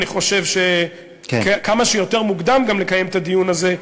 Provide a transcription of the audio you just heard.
אני חושב שכמה שיותר מוקדם גם לקיים את הדיון הזה,